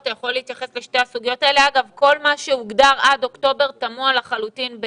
כל מה שהוגדר עד אוקטובר, בעיניי תמוה לחלוטין.